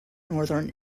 northern